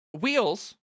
Wheels